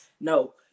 No